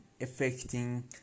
affecting